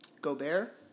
Gobert